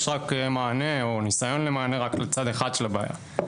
יש ניסיון למענה רק לצד אחד של הבעיה.